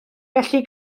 felly